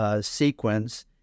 sequence